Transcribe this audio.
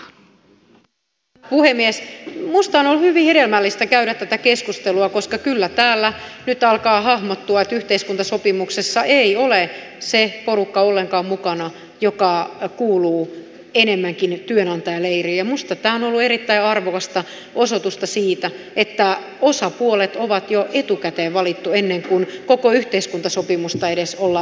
minusta on ollut hyvin hedelmällistä käydä tätä keskustelua koska kyllä täällä nyt alkaa hahmottua että yhteiskuntasopimuksessa ei ole se porukka ollenkaan mukana joka kuuluu enemmänkin työnantajaleiriin ja minusta tämä on ollut erittäin arvokas osoitus siitä että osapuolet on jo etukäteen valittu ennen kuin koko yhteiskuntasopimusta edes ollaan synnyttämässä